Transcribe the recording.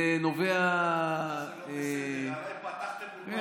זה נובע, זה לא בסדר, עליי פתחתם אולפנים שבוע.